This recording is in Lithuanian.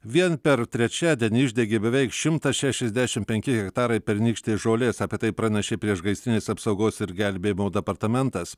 vien per trečiadienį išdegė beveik šimtas šešiasdešim penki hektarai pernykštės žolės apie tai pranešė priešgaisrinės apsaugos ir gelbėjimo departamentas